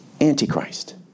Antichrist